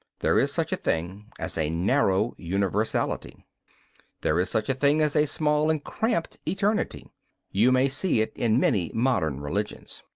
there is such a thing as a narrow universality there is such a thing as a small and cramped eternity you may see it in many modern religions.